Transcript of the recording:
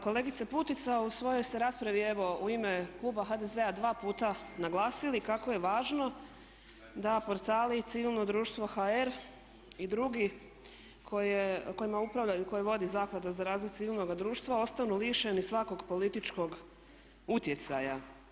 Kolegica Putica u svojoj ste raspravi evo u ime kluba HDZ-a dva puta naglasili kako je važno da portali i civilno društvo hr. i drugi kojima upravljaju i koje vodi Zaklada za razvoj civilnoga društva ostanu lišeni svakog političkog utjecaja.